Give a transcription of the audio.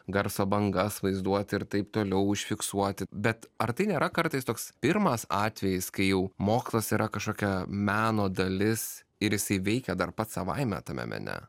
garso bangas vaizduoti ir taip toliau užfiksuoti bet ar tai nėra kartais toks pirmas atvejis kai jau mokslas yra kažkokia meno dalis ir jisai veikia dar pats savaime tame mene